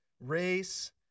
race